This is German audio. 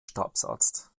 stabsarzt